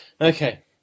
Okay